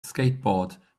skateboard